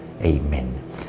Amen